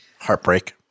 Heartbreak